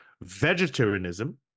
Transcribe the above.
Vegetarianism